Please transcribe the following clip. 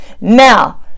Now